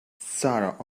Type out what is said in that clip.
sarah